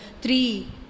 three